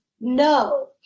no